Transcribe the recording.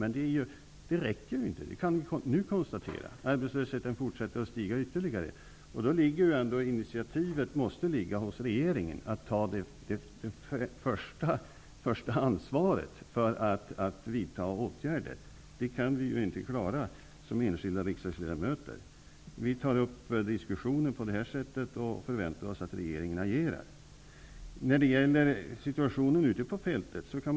Men det räcker inte. Det kan vi konstatera nu, Arbetslösheten fortsätter att stiga ytterligare. Ansvaret måste ligga hos regeringen att ta det första initiativet till åtgärder. Det kan vi inte som enskilda riksdagsledamöter klara. Vi tar upp diskussioner, bl.a. genom att ställa frågor här i riksdagen, och förväntar oss att regeringen agerar.